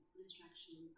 distraction